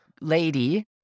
lady